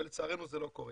אבל לצערנו זה לא קורה.